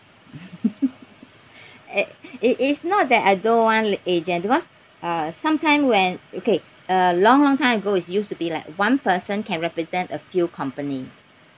at~ it it's not that I don't want agent because uh sometime when okay uh long long time ago it's used to be like one person can represent a few company